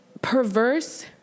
perverse